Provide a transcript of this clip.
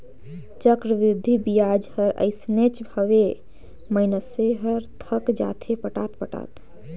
चक्रबृद्धि बियाज हर अइसनेच हवे, मइनसे हर थक जाथे पटात पटात